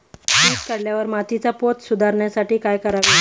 पीक काढल्यावर मातीचा पोत सुधारण्यासाठी काय करावे?